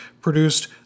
produced